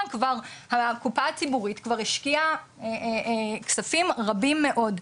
הקופה הציבורית כבר השקיעה כספים רבים מאוד.